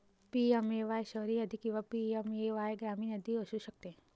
PMAY शहरी यादी किंवा पी.एम.ए.वाय ग्रामीण यादी असू शकते